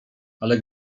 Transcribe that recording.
ale